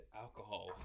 alcohol